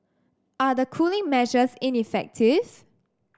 are the cooling measures ineffective